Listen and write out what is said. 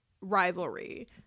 rivalry